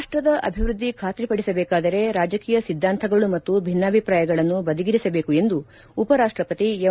ರಾಷ್ಟದ ಅಭಿವೃದ್ಧಿ ಖಾತ್ರಿಪಡಿಸಬೇಕಾದರೆ ರಾಜಕೀಯ ಸಿದ್ದಾಂತಗಳು ಮತ್ತು ಭಿನ್ನಾಭಿಪ್ರಾಯಗಳನ್ನು ಬದಿಗಿರಿಸಬೇಕು ಎಂದು ಉಪರಾಷ್ಟಪತಿ ಎಂ